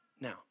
Now